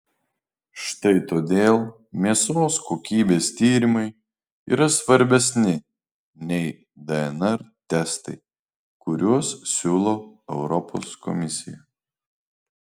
štai todėl mėsos kokybės tyrimai yra svarbesni nei dnr testai kuriuos siūlo europos komisija